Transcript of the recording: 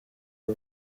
aba